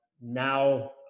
now